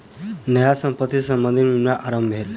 न्यास संपत्ति सॅ मंदिर के निर्माण आरम्भ भेल